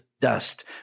dust